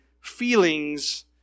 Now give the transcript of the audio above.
feelings